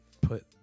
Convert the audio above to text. put